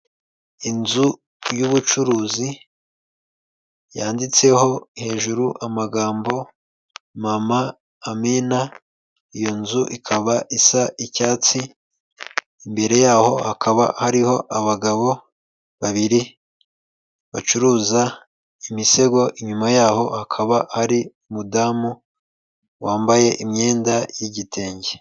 Inzu y'ubucuruzi yanditseho hejuru amagambo mama amina, iyo nzu ikaba isa icyatsi, imbere yaho hakaba hariho abagabo babiri bacuruza imisego, inyuma yaho hakaba hari umudamu wambaye imyenda y'igitenge.